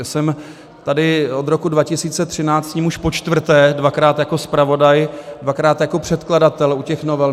Jsem tady od roku 2013 už počtvrté, dvakrát jako zpravodaj, dvakrát jako předkladatel u těch novel.